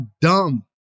dumb